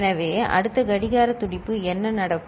எனவே அடுத்த கடிகார துடிப்பு என்ன நடக்கும்